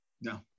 No